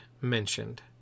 mentioned